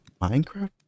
Minecraft